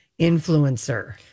influencer